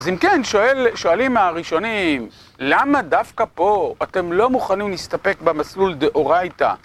אז אם כן, שואלים מהראשונים, למה דווקא פה אתם לא מוכנים להסתפק במסלול דה אורייטה?